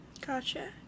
Gotcha